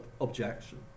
objection